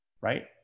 right